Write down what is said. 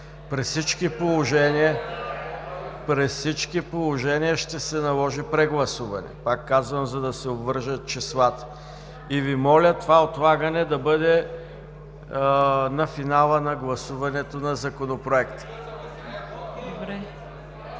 При всички положения ще се наложи прегласуване – пак казвам – за да се обвържат числата. И Ви моля това отлагане да бъде на финала на гласуването на Законопроекта.